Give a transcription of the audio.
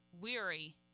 weary